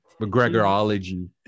McGregorology